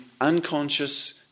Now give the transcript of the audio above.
unconscious